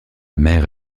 mère